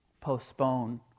postpone